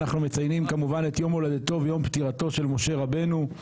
אנחנו מציינים כמובן את יום הולדתו ויום פטירתו של משה רבינו.